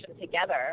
together